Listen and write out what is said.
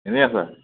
এনেই আছা